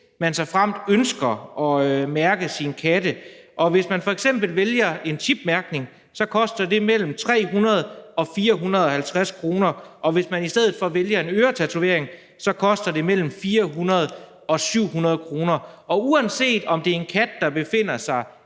man ønsker at mærke sine katte og f.eks. vælger en chipmærkning, koster det mellem 300 kr. og 450 kr., og hvis man i stedet for vælger en øretatovering, koster det mellem 400 kr. og 700 kr. Og uanset om det er en kat, der befinder sig